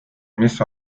mis